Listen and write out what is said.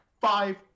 five